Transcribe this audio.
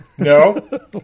No